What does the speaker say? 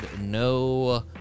no